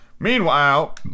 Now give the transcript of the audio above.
Meanwhile